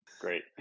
Great